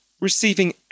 receiving